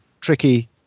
tricky